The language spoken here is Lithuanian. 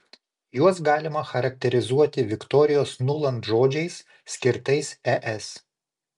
juos galima charakterizuoti viktorijos nuland žodžiais skirtais es